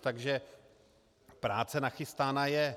Takže práce nachystána je.